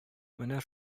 менә